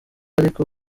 ariko